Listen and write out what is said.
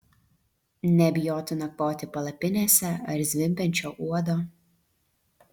nebijotų nakvoti palapinėse ar zvimbiančio uodo